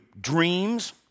dreams